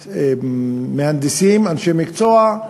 מהנדסים, אנשי מקצוע,